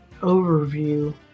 overview